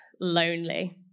lonely